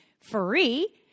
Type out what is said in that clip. free